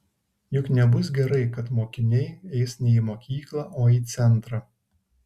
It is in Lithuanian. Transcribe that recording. juk nebus gerai kad mokiniai eis ne į mokyklą o į centrą